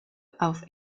auf